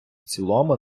цілому